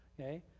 okay